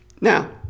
now